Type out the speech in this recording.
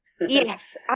Yes